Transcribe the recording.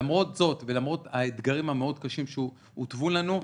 למרות זאת ולמרות האתגרים המאוד קשים שהותוו לנו,